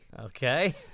Okay